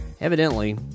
Evidently